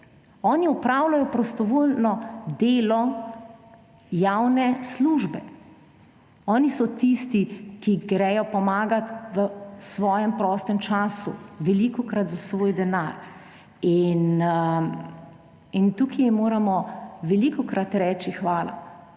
Oni opravljajo prostovoljno delo javne službe. Oni so tisti, ki gredo pomagat v svojem prostem času, velikokrat za svoj denar. Tukaj jim moramo velikokrat reči hvala.